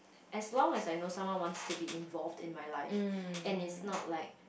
as long as I know someone wants to be involved in my life and it's not like